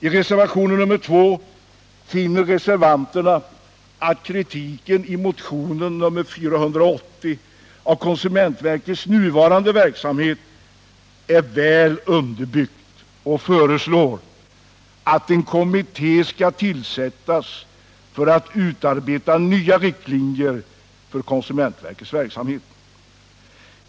I reservationen 2 finner reservanterna att kritiken i motionen nr 480 av konsumentverkets nuvarande verksamhet är väl underbyggd och föreslår att en kommitté skall tillsättas för att utarbeta nya riktlinjer för konsumentverkets verksamhet.